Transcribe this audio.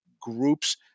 groups